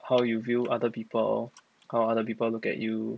how you view other people how other people look at you